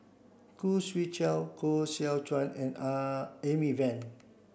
Khoo Swee Chiow Koh Seow Chuan and Amy Van